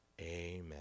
Amen